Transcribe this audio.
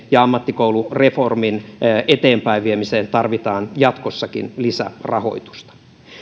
ja ammattikoulureformin eteenpäinviemiseen tarvitaan jatkossakin lisärahoitusta